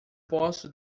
posso